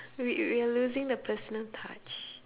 we we're losing the personal touch